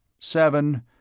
seven